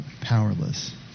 powerless